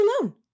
alone